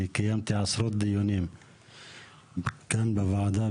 אני קיימתי עשרות דיונים כאן בוועדה,